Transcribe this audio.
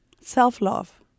Self-love